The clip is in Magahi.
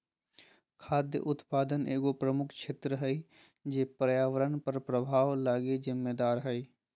खाद्य उत्पादन एगो प्रमुख क्षेत्र है जे पर्यावरण पर प्रभाव लगी जिम्मेदार हइ